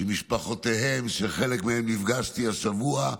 שמשפחותיהם, שעם חלק מהן נפגשתי השבוע,